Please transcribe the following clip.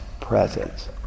presence